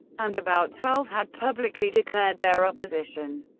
and about twelve had publicly declared their opposition.